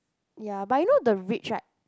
ya but you know the rich right